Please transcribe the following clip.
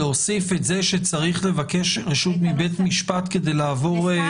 להוסיף את זה שצריך לבקש רשות מבית משפט כדי לעבור.